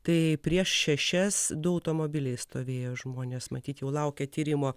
tai prieš šešias du automobiliai stovėjo žmonės matyt jau laukė tyrimo